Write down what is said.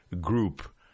group